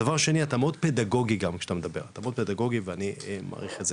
דבר שני אתה מאוד פדגוגי כשאתה מדבר ואני מעריך את זה